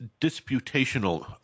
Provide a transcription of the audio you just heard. disputational